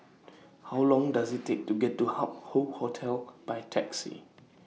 How Long Does IT Take to get to Hup Hoe Hotel By Taxi